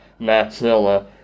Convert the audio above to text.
maxilla